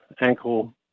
ankle